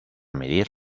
medir